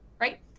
right